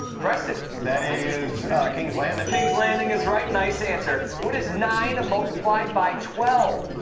preston. that is kings landing. kings landing is right. nice answer. what is nine multiplied by twelve?